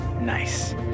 Nice